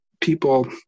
people